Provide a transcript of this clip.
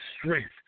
strength